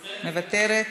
מוותרת,